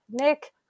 Nick